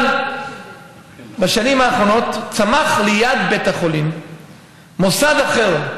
אבל בשנים האחרונות צמח ליד בית החולים מוסד אחר,